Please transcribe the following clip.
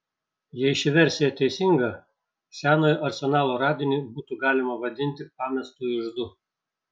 jei ši versija teisinga senojo arsenalo radinį būtų galima vadinti pamestu iždu